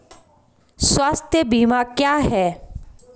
स्वास्थ्य बीमा क्या है?